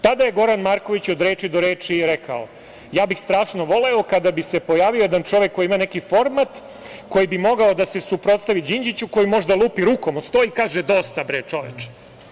Tada je Goran Marković od reči do reči rekao: "Ja bih strašno voleo kada bi se pojavio jedan čovek koji ima neki format koji bi mogao da se suprotstavi Đinđiću koji možda lupi rukom o sto i kaže - Dosta, bre, čoveče"